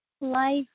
Life